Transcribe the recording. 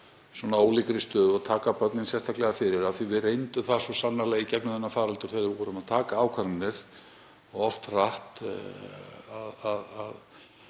frá ólíkri stöðu og taka börnin sérstaklega fyrir. Við reyndum svo sannarlega í gegnum þennan faraldur, þegar við vorum að taka ákvarðanir, oft hratt, að